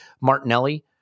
Martinelli